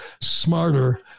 smarter